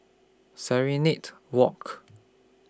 Serenade Walk